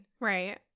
Right